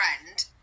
friend